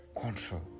control